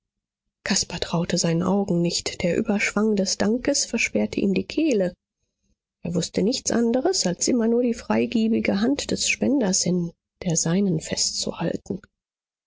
caspar traute seinen augen nicht der überschwang des dankes versperrte ihm die kehle er wußte nichts andres als immer nur die freigebige hand des spenders in der seinen festzuhalten